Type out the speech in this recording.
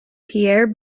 pierre